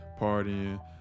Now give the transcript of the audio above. partying